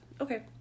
Okay